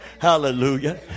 Hallelujah